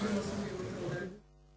Hvala i vama